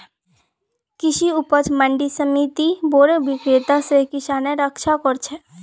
कृषि उपज मंडी समिति बोरो विक्रेता स किसानेर रक्षा कर छेक